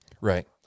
right